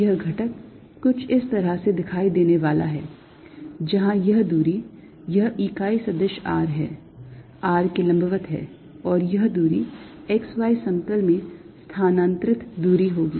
यह घटक कुछ इस तरह से दिखाई देने वाला है जहाँ यह दूरी यह इकाई सदिश r है r के लंबवत है और यह दूरी x y समतल में स्थानांतरित दूरी होगी